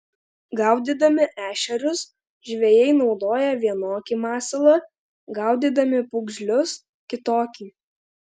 gaudydami ešerius žvejai naudoja vienokį masalą gaudydami pūgžlius kitokį